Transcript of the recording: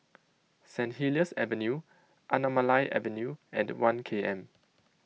St Helier's Avenue Anamalai Avenue and one K M